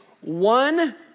one